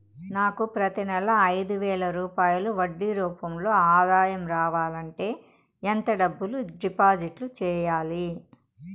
నాకు ప్రతి నెల ఐదు వేల రూపాయలు వడ్డీ రూపం లో ఆదాయం రావాలంటే ఎంత డబ్బులు డిపాజిట్లు సెయ్యాలి?